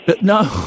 No